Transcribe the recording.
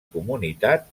comunitat